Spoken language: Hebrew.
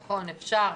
נכון, אפשר.